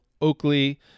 Oakley